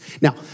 Now